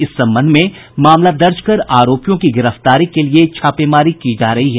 इस संबंध में मामला दर्ज कर आरोपियों की गिरफ्तारी के लिये छापेमारी की जा रही है